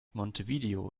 montevideo